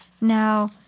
Now